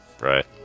Right